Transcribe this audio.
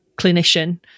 clinician